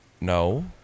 No